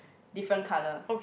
different colour